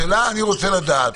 אני רוצה לדעת